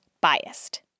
biased